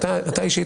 אתה אישית